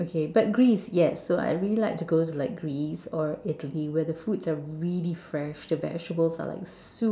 okay but Greece yes so I really like to go to Greece or Italy where the food are really fresh the vegetables are like